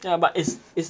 ya but it's it's